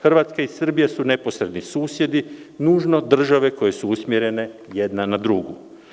Hrvatska i Srbija su neposredni susjedi, nužno države koje su usmjerene jedna na drugu.